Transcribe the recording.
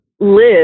live